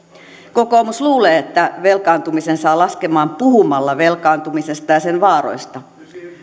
kokoomus luulee että velkaantumisen saa laskemaan puhumalla velkaantumisesta ja sen vaaroista